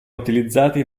utilizzati